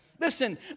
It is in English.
Listen